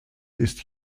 ist